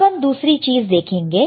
अब हम दूसरी चीज देखेंगे